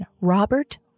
Robert